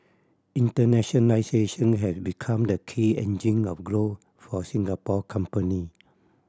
internationalisation have become the key engine of growth for Singapore company